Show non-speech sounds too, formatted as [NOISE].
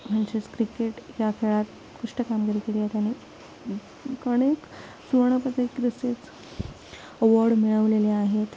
म्हणजेच क्रिकेट या खेळात उकृष्ट कामगिरी केली आहे त्याने [UNINTELLIGIBLE] अवॉर्ड मिळवलेले आहेत